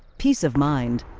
piece of mind.